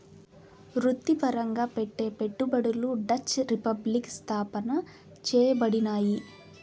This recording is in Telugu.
వృత్తిపరంగా పెట్టే పెట్టుబడులు డచ్ రిపబ్లిక్ స్థాపన చేయబడినాయి